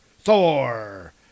Thor